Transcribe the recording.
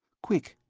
quick,